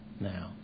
now